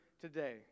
today